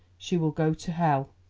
she will go to hell.